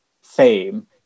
fame